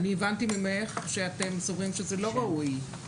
אני הבנתי ממך שאתם סוברים שזה לא ראוי.